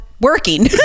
working